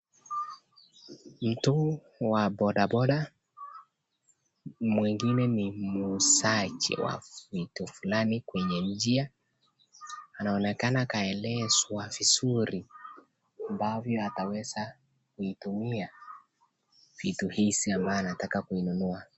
Mtu wa bodaboda, mwingine ni muuzaji wa vitu fulani kwenye njia, anaonekana kaelezwa vizuri ambavyo ataweza kuitumia vitu hizi ambayo anataka kuinunua.